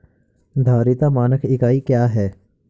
धारिता का मानक इकाई क्या है?